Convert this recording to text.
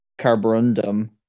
Carborundum